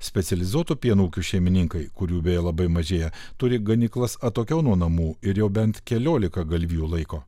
specializuotų pieno ūkių šeimininkai kurių beje labai mažėja turi ganyklas atokiau nuo namų ir jau bent keliolika galvijų laiko